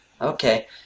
Okay